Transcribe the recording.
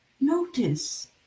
Notice